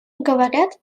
говорят